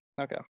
Okay